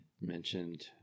mentioned